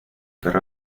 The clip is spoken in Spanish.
perro